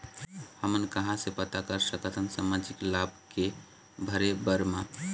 हमन कहां से पता कर सकथन सामाजिक लाभ के भरे बर मा?